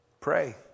Pray